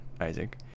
Isaac